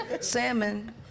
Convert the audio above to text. Salmon